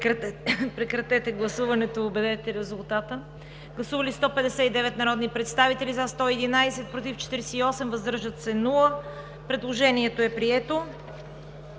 Прекратете гласуването и обявете резултата. Гласували 143 народни представители: за 105, против 38, въздържали се няма. Предложението е прието.